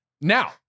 now